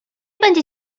będzie